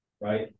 right